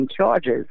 charges